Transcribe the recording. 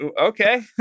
okay